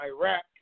Iraq